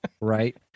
Right